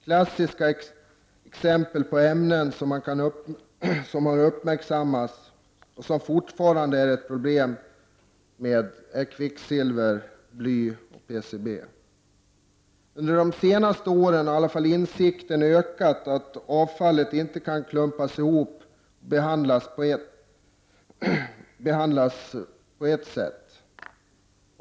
Klassiska exempel på ämnen som har uppmärksammats och som det fortfarande är problem med är kvicksilver, bly och PCB. Under senare år har insikten ökat om att avfallet inte kan klumpas ihop och behandlas på ett sätt.